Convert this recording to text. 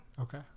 okay